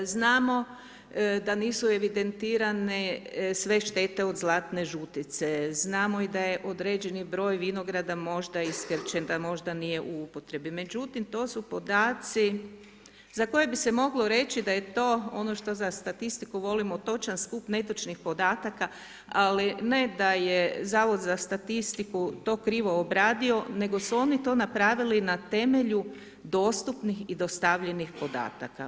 Znamo da nisu evidentirane sve štete od zlatne žutice, znamo da je i određeni broj vinograda možda iskrčen, možda nije u upotrebi, međutim, to su podaci za koje bi se moglo reći, da je to ono što za statistiku volimo točan skup netočnih podataka, ali ne da je zavod za statistiku to krivo obradio, nego su oni to napravili na temelju dostupnih i dostavljenih podataka.